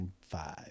five